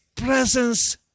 presence